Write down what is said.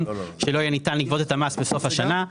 שלא יהיה ניתן לגבות את המס בסוף השנה.